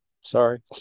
Sorry